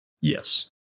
Yes